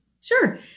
Sure